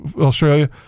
Australia